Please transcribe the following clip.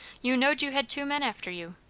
you knowed you had two men after you.